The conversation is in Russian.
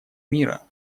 мира